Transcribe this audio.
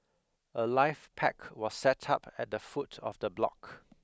a life pack was set up at the foot of the block